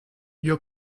your